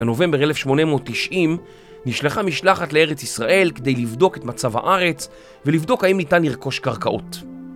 לנובמבר 1890, נשלחה משלחת לארץ ישראל כדי לבדוק את מצב הארץ ולבדוק האם ניתן לרכוש קרקעות